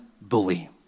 bully